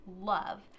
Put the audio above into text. love